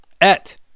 et